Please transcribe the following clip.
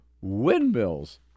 windmills